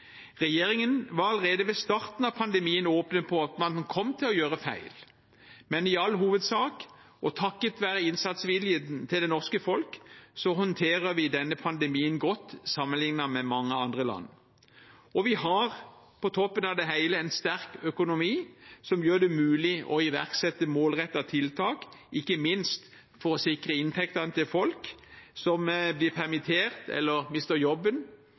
Regjeringen var allerede ved starten av pandemien åpne på at man kom til å gjøre feil, men i all hovedsak, og takket være innsatsviljen til det norske folk, håndterer vi denne pandemien godt sammenlignet med mange andre land. Vi har på toppen av det hele en sterk økonomi som gjør det mulig å iverksette målrettede tiltak, ikke minst for å sikre inntektene til folk som blir permittert eller mister jobben,